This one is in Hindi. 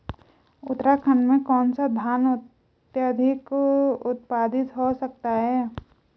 उत्तराखंड में कौन सा धान अत्याधिक उत्पादित हो सकता है?